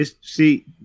see